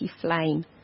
flame